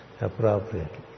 appropriately